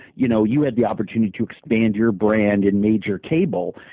you know, you had the opportunity to expand your brand in major cable.